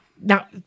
Now